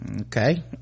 Okay